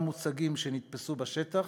כמה מוצגים שנתפסו בשטח.